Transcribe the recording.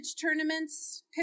tournaments